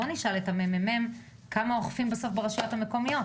בואו נשאל את הממ"מ כמה אוכפים בסוף ברשויות המקומיות,